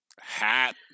hat